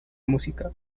música